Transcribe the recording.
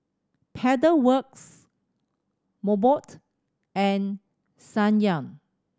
Pedal Works Mobot and Ssangyong